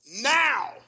now